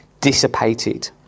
dissipated